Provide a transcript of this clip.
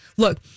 Look